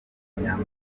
inyama